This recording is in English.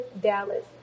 Dallas